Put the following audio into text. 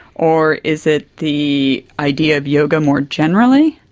or is it the idea of yoga more generally,